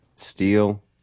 steel